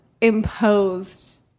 imposed